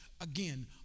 again